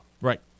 Right